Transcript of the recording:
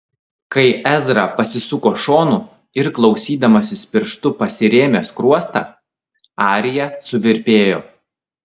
kai ezra pasisuko šonu ir klausydamasis pirštu pasirėmė skruostą arija suvirpėjo